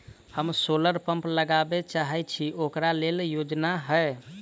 हम solar pump लगाबै चाहय छी ओकरा लेल योजना हय?